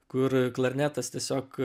kur klarnetas tiesiog